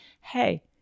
Hey